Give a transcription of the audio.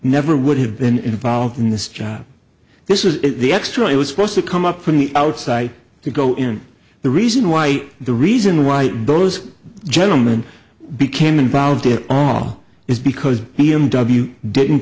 never would have been involved in this job this is the extra it was supposed to come up from the outside to go in and the reason why the reason why those gentleman became involved at all is because he m w didn't